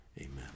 amen